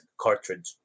cartridge